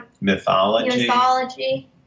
Mythology